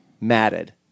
matted